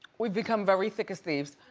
we've become very thick as thieves.